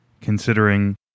considering